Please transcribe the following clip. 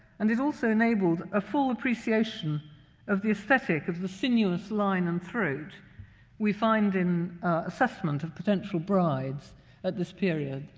and it also enabled a full appreciation of the aesthetic of the sinuous line and throat we find in assessment of potential brides at this period.